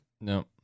No